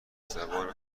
زبان